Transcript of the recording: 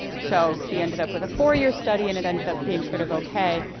so she ended up with a four-year study and it ended up being sort of okay.